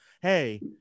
Hey